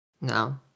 No